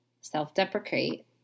self-deprecate